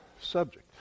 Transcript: subject